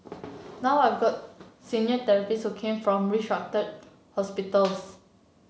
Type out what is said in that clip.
now I've got senior therapists who come from restructured hospitals